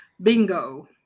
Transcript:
Bingo